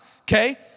okay